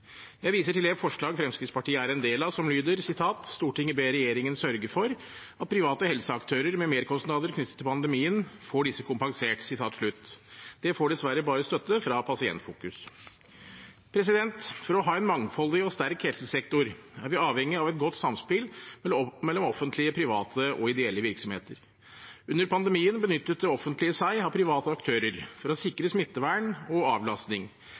Jeg viser til det forslaget Fremskrittspartiet er en del av, som lyder: «Stortinget ber regjeringen sørge for at private helseaktører med merkostnader knyttet til pandemien får disse kompensert.» Dette får dessverre bare støtte fra Pasientfokus. For å ha en mangfoldig og sterk helsesektor er vi avhengig av et godt samspill mellom offentlige, private og ideelle virksomheter. Under pandemien benyttet det offentlige seg av private aktører for å sikre smittevern og avlastning.